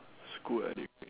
school education